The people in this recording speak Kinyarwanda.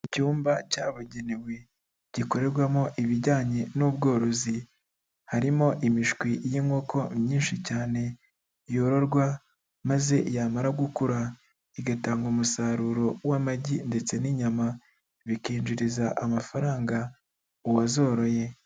Icyumba cyabugenewe, gikorerwamo ibijyanye n'ubworozi, harimo imishwi y'inkoko myinshi cyane, yororwa maze yamara gukura, igatanga umusaruro w'amagi ndetse n'inyama, bikinjiriza amafaranga uwazoroye.